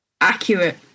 accurate